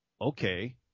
okay